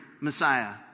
Messiah